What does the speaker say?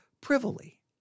privily